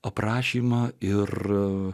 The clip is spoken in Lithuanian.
aprašymą ir